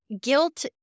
guilt